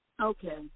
Okay